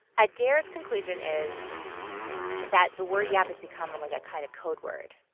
adair's conclusion is that the word gap has become, um like, a kind of code word.